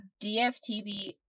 DFTB